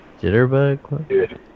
Jitterbug